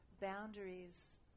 boundaries